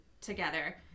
together